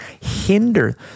hinder